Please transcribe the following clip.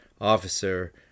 officer